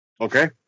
Okay